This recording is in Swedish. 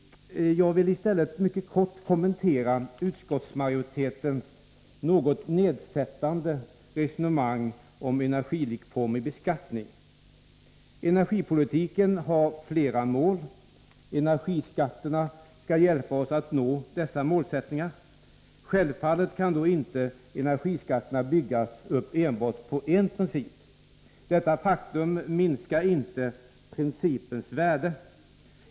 Jag vill i stället mycket kort kommentera utskottsmajoritetens något nedsättande resonemang om energilikformig beskattning. Energipolitiken har flera mål. Energiskatterna skall hjälpa oss att nå dessa mål. Självfallet kan då inte energiskatterna byggas upp på enbart en princip. Detta faktum minskar inte principens värde.